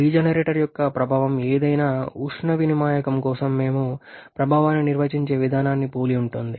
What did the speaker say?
regenerator యొక్క ప్రభావం ఏదైనా ఉష్ణ వినిమాయకం కోసం మేము ప్రభావాన్ని నిర్వచించే విధానాన్ని పోలి ఉంటుంది